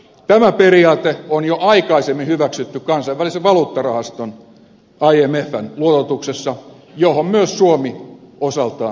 tämä periaate on jo aikaisemmin hyväksytty kansainvälisen valuuttarahaston imfn luototuksessa johon myös suomi osaltaan osallistuu